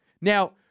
Now